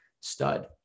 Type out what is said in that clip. stud